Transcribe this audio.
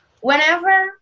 whenever